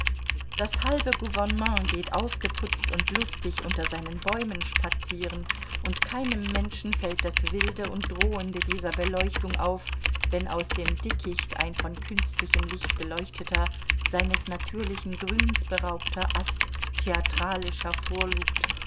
das halbe gouvernement geht aufgeputzt und lustig unter seinen bäumen spazieren und keinem menschen fällt das wilde und drohende dieser beleuchtung auf wenn aus dem dickicht ein von künstlichem licht beleuchteter seines natürlichen grüns beraubter ast theatralisch